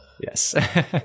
Yes